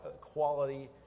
quality